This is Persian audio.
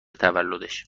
تولدش